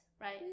right